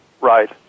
right